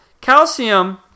calcium